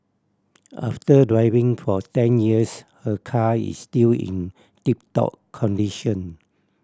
after driving for ten years her car is still in tip top condition